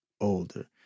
older